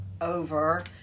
over